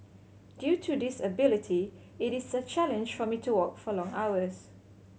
due to disability it is a challenge for me to walk for long hours